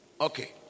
okay